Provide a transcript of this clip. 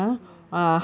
ya